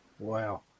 Wow